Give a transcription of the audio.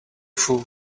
fool